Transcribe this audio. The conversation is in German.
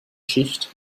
schicht